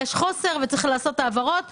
אם יש לכם שאלות על התוכנית הזו